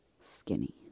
skinny